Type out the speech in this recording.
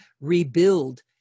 rebuild